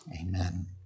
Amen